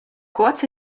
kurz